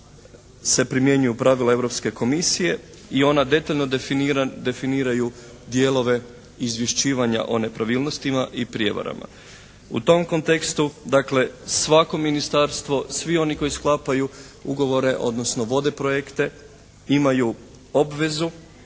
se primjenjuju pravila Europske komisije i ona detaljno definiraju dijelove izvješćivanja o nepravilnostima i prijevarama. U tom kontekstu dakle svako ministarstvo, svi oni koji sklapaju ugovore odnosno vode projekte imaju obvezu